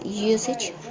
usage